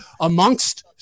amongst